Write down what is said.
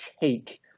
take